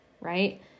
right